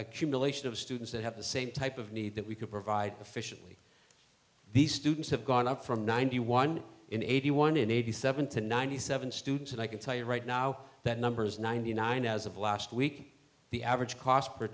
accumulation of students that have the same type of need that we could provide efficiently these students have gone up from ninety one in eighty one in eighty seven to ninety seven students and i can tell you right now that number is ninety nine as of last week the average cost per